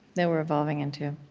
that we're evolving into?